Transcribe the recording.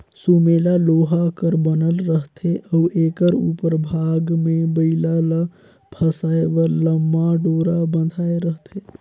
सुमेला लोहा कर बनल रहथे अउ एकर उपर भाग मे बइला ल फसाए बर लम्मा डोरा बंधाए रहथे